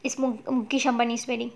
it's mukesh ambani wedding